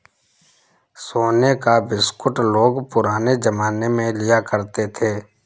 सोने का बिस्कुट लोग पुराने जमाने में लिया करते थे